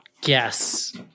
guess